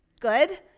Good